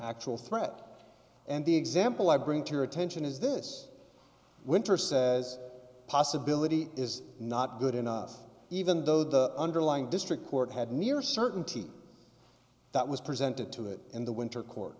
actual threat and the example i bring to your attention is this winter says possibility is not good enough even though the underlying district court had a near certainty that was presented to it in the winter court